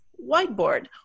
whiteboard